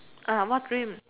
what dream